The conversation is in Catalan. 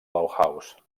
bauhaus